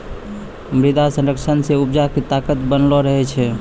मृदा संरक्षण से उपजा के ताकत बनलो रहै छै